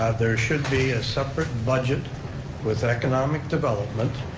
ah there should be a separate budget with economic development,